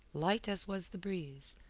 light as was the breeze,